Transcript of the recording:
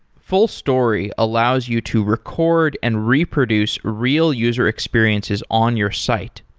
fullstory allows you to record and reproduce real user experiences on your site.